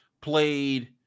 played